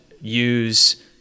use